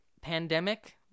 pandemic